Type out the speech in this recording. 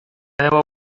debo